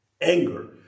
Anger